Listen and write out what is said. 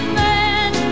man